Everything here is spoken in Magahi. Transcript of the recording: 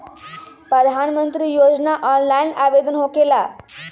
प्रधानमंत्री योजना ऑनलाइन आवेदन होकेला?